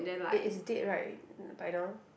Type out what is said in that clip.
it is dead right by now